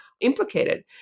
implicated